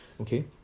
Okay